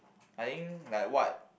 I think like what